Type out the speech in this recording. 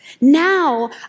Now